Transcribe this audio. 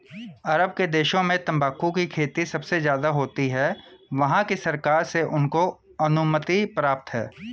अरब के देशों में तंबाकू की खेती सबसे ज्यादा होती है वहाँ की सरकार से उनको अनुमति प्राप्त है